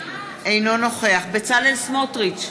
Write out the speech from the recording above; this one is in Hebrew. אינו נוכח בצלאל סמוטריץ,